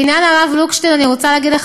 אז בעניין הרב לוקשטיין אני רוצה להגיד לך